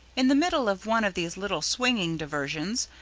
in the middle of one of these little swinging diversions,